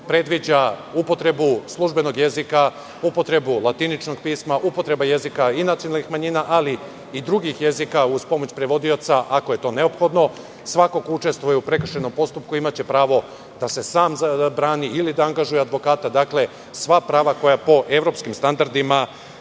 predviđa upotrebu službenog jezika, upotrebu latiničnog pisma, upotreba jezika i nacionalnih manjina, ali drugih jezika uz pomoć prevodioca, ako je to neophodno. Svako ko učestvuje u prekršajnom postupku, imaće pravo da se sam brani ili da angažuje advokata, sva prava koja po evropskim standardima